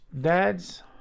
dads